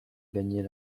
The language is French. gagner